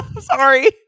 Sorry